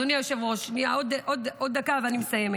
אדוני היושב-ראש, עוד דקה אני מסיימת.